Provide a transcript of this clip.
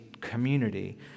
community